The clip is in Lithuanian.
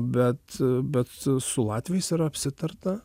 bet bet su latviais yra apsitarta